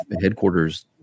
headquarters